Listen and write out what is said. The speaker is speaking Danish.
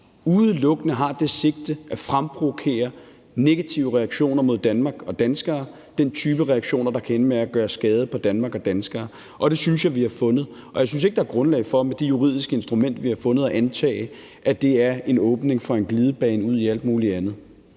udelukkende! – har det sigte at fremprovokere negative reaktioner mod Danmark og danskere, den type reaktioner, der kan ende med at gøre skade på Danmark og danskere. Det synes jeg vi har fundet, og jeg synes ikke, at der med det juridiske instrument, vi har fundet, er grundlag for at antage, at det er en åbning for en glidebane ud i alt muligt andet.